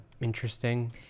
interesting